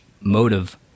motive